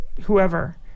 whoever